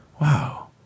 wow